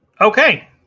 Okay